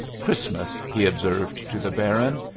christmas, he observed to the baron,